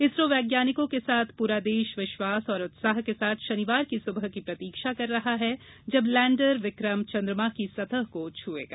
इसरो वैज्ञानिकों के साथ पूरा देश विश्वास और उत्साह के साथ शनिवार की सुबह की प्रतीक्षा कर रहा है जब लैण्डर विक्रम चंद्रमा की सतह को छयेगा